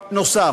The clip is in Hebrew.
נוסף.